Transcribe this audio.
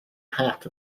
hat